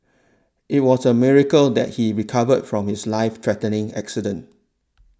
it was a miracle that he recovered from his life threatening accident